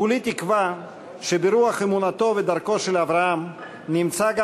כולי תקווה שברוח אמונתו ודרכו של אברהם נמצא גם